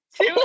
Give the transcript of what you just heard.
two